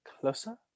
closer